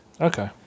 okay